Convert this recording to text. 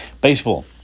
Baseball